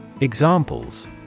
Examples